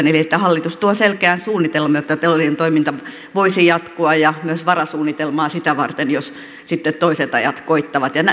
liittyen siihen hallitus toisi selkeän suunnitelman jotta teollinen toiminta voisi jatkua ja myös varasuunnitelman sitä varten jos sitten toiset ajat koittavat